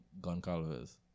Goncalves